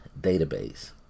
database